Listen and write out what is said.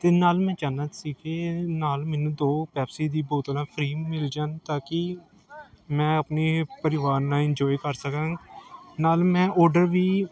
ਅਤੇ ਨਾਲ ਮੈਂ ਚਾਹੁੰਦਾ ਸੀ ਕਿ ਨਾਲ ਮੈਨੂੰ ਦੋ ਪੈਪਸੀ ਦੀ ਬੋਤਲਾਂ ਫ੍ਰੀ ਮਿਲ ਜਾਣ ਤਾਂ ਕਿ ਮੈਂ ਆਪਣੇ ਪਰਿਵਾਰ ਨਾਲ ਇੰਜੋਏ ਕਰ ਸਕਾਂ ਨਾਲ ਮੈਂ ਓਡਰ ਵੀ